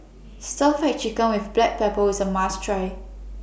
Stir Fried Chicken with Black Pepper IS A must Try